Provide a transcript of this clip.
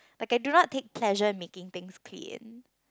okay do not take casual making things clean